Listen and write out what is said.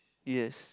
yes